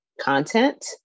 content